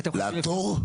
לעתור?